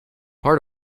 part